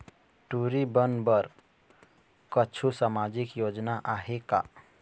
टूरी बन बर कछु सामाजिक योजना आहे का?